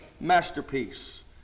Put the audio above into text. masterpiece